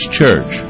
Church